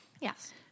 Yes